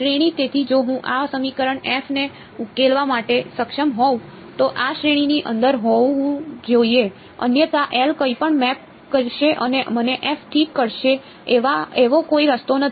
શ્રેણી તેથી જો હું આ સમીકરણ ને ઉકેલવા માટે સક્ષમ હોઉં તો આ શ્રેણીની અંદર હોવું જોઈએ અન્યથા L કંઈપણ મેપ કરશે અને મને ઠીક કરશે એવો કોઈ રસ્તો નથી